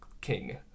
King